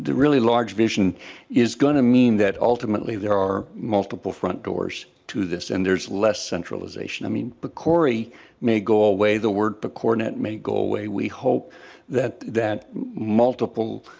really large vision is gonna mean that ultimately there are multiple front doors to this and there's less centralization, i mean but pcori may go away the word pcornet may go away we hope that that multiple